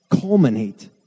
culminate